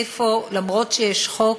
איפה למרות שיש חוק,